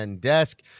desk